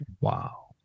Wow